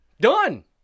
Done